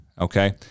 okay